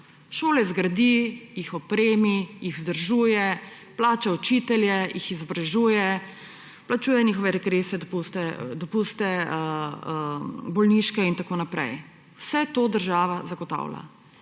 Šole zgradi, jih opremi, jih vzdržuje, plača učitelje, jih izobražuje, plačuje njihove regrese, dopuste, bolniške in tako naprej. Vse to država zagotavlja.